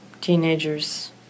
teenagers